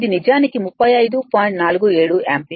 47 ampere